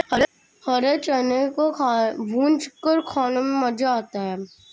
हरे चने को भूंजकर खाने में मज़ा आता है